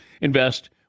Invest